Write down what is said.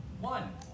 one